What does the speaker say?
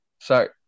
sorry